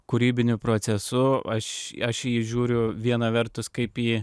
kūrybiniu procesu aš aš į jį įžiūriu viena vertus kaip į